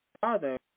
father